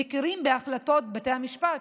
מכירים בהחלטות בתי המשפט,